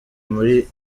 muri